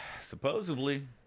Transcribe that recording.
Supposedly